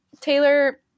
Taylor